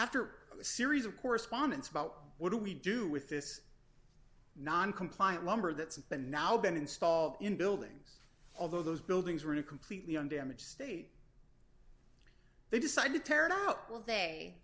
after a series of correspondents about what do we do with this non compliant lumber that's been now been installed in buildings although those buildings were completely undamaged state they decide to tear it out will